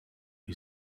who